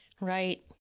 Right